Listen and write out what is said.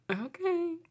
Okay